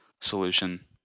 solution